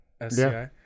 SCI